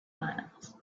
miles